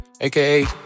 AKA